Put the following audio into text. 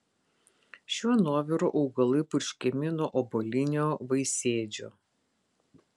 šiuo nuoviru augalai purškiami nuo obuolinio vaisėdžio